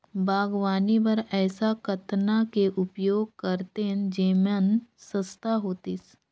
बागवानी बर ऐसा कतना के उपयोग करतेन जेमन सस्ता होतीस?